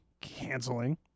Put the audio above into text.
canceling